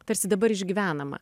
tarsi dabar išgyvenama